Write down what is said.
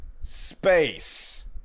space